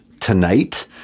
tonight